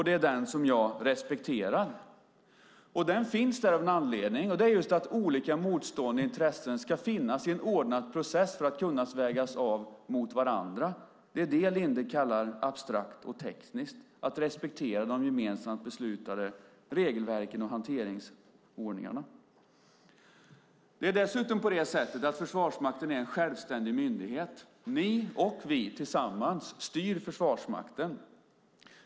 Det är den som jag respekterar. Den finns av en anledning. Det är just att olika motstående intressen ska finnas i en ordnad process för att kunna vägas av mot varandra. Det är det Linde kallar abstrakt och tekniskt, att respektera de gemensamt beslutade regelverken och hanteringsordningarna. Det är dessutom på det sättet att Försvarsmakten är en självständig myndighet. Ni och vi tillsammans styr Försvarsmakten.